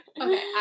Okay